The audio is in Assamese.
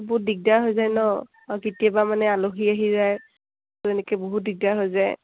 বহুত দিগদাৰ হৈ যায় ন আৰু কেতিয়াবা মানে আলহী আহি যায় তেনেকৈ বহুত দিগদাৰ হৈ যায়